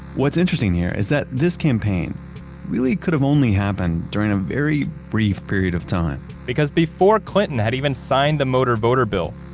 what's interesting here is that this campaign really could have only happened during a very brief period of time. because before clinton had even signed the motor voter bill,